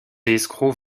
escrocs